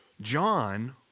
John